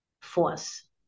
force